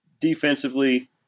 Defensively